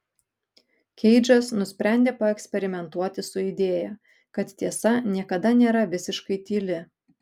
keidžas nusprendė paeksperimentuoti su idėja kad tiesa niekada nėra visiškai tyli